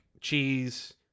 cheese